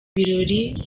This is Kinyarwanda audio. birori